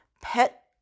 pet